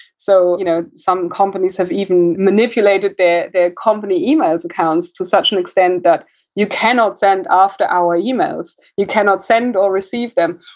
so, you know some companies have even manipulated their their company email accounts to such an extent that you can not send after hour emails. you can not send or receive them,